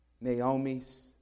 Naomi's